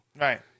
Right